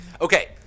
Okay